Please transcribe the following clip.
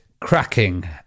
cracking